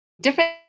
different